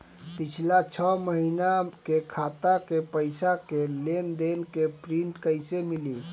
पिछला छह महीना के खाता के पइसा के लेन देन के प्रींट कइसे मिली?